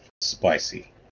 spicy